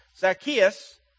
Zacchaeus